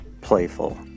playful